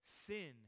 Sin